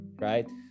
right